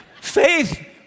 Faith